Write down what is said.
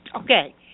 Okay